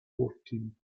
fourteen